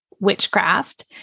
witchcraft